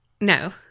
No